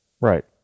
Right